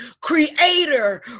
creator